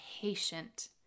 patient